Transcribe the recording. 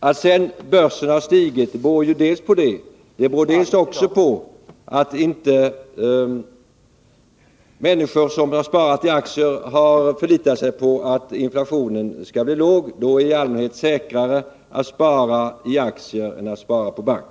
Att börskurserna har stigit beror dels på detta, dels också på att människor som har sparat i aktier inte har förlitat sig på att inflationen skall bli låg. Då är det i allmänhet säkrare att spara i aktier än på bank.